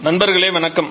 நண்பர்களே வணக்கம்